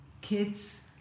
kids